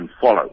follow